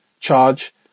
charge